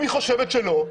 אם היא חושבת שלא,